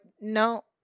no